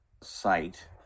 site